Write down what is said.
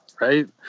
right